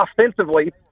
offensively